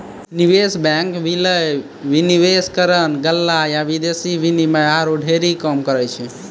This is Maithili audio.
निवेश बैंक, विलय, विनिवेशकरण, गल्ला या विदेशी विनिमय आरु ढेरी काम करै छै